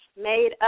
made